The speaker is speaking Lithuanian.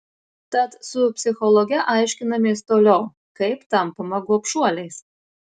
tad su psichologe aiškinamės toliau kaip tampama gobšuoliais